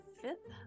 fifth